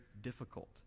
difficult